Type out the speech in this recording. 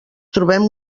trobem